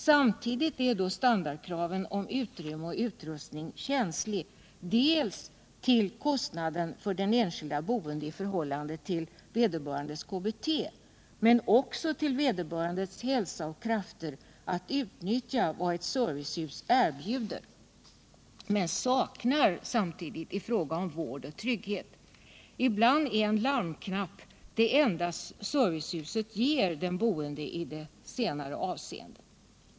Samtidigt är då standardkraven i fråga om utrymme och utrustning känsliga dels med hänsyn till kostnaden för den enskilde boende i förhållande till vederbörandes KBT, dels med hänsyn till vederbörandes möjligheter — beroende på hälsa och krafter — att utnyttja vad ett servicehus erbjuder och med hänsyn till behovet av den vård och trygghet som servicehuset samtidigt saknar. Ibland är en larmknapp det enda som servicehuset kan erbjuda den boende i det senare avseendet.